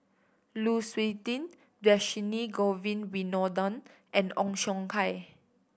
Lu Suitin Dhershini Govin Winodan and Ong Siong Kai